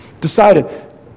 decided